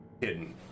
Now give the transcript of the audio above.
hidden